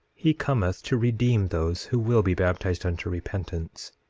he cometh to redeem those who will be baptized unto repentance,